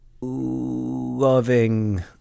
loving